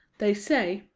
they say,